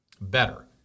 better